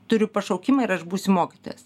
turiu pašaukimą ir aš būsiu mokytojas